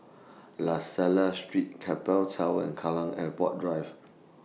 La Salle Street Keppel Towers and Kallang Airport Drive